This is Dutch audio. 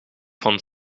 van